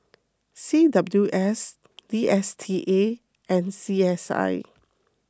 C W S D S T A and C S I